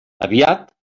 aviat